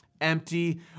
empty